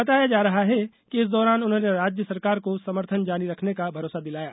बताया जा रहा है कि इस दौरान उन्होंने राज्य सरकार को समर्थन जारी रखने का भरोसा दिलाया